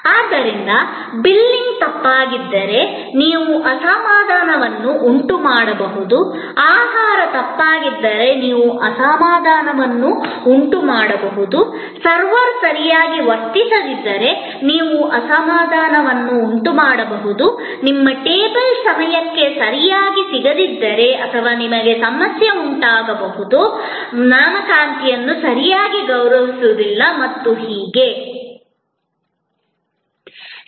ಆದ್ದರಿಂದ ಬಿಲ್ಲಿಂಗ್ ತಪ್ಪಾಗಿದ್ದರೆ ನೀವು ಅಸಮಾಧಾನವನ್ನು ಉಂಟುಮಾಡಬಹುದು ಆಹಾರ ತಪ್ಪಾಗಿದ್ದರೆ ನೀವು ಅಸಮಾಧಾನವನ್ನು ಉಂಟುಮಾಡಬಹುದು ಸರ್ವರ್ ಸರಿಯಾಗಿ ವರ್ತಿಸದಿದ್ದರೆ ನೀವು ಅಸಮಾಧಾನವನ್ನು ಉಂಟುಮಾಡಬಹುದು ನಿಮ್ಮ ಟೇಬಲ್ ಸಮಯಕ್ಕೆ ಸರಿಯಾಗಿ ಸಿಗದಿದ್ದರೆ ಅಥವಾ ನಿಮಗೆ ಸಮಸ್ಯೆ ಉಂಟಾಗಬಹುದು ನೇಮಕಾತಿಯನ್ನು ಸರಿಯಾಗಿ ಗೌರವಿಸಲಾಗುವುದಿಲ್ಲ ಮತ್ತು ಹೀಗೆ